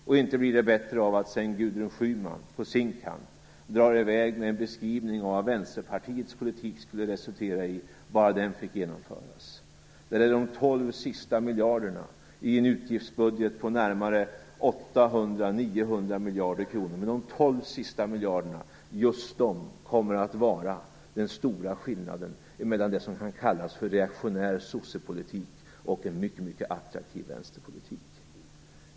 Och inte blir det bättre av att Gudrun Schyman sedan på sin kant drar i väg med en beskrivning av vad Vänsterpartiets politik skulle resultera i, bara den fick genomföras. Just de 800-900 miljarder kronor kommer att vara den stora skillnaden mellan det som kan kallas för reaktionär sossepolitik och det som kan kallas för en mycket attraktiv vänsterpolitik.